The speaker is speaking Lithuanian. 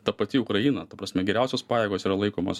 ta pati ukraina ta prasme geriausios pajėgos yra laikomos